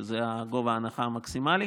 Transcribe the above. שזה גובה ההנחה המקסימלי,